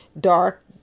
dark